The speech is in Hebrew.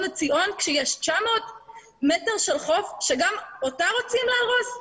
לציון כשיש 900 מטרים של חוף שגם אותו רוצים להרוס?